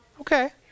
Okay